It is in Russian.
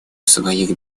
своих